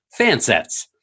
Fansets